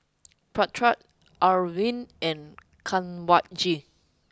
Pratap Arvind and Kanwaljit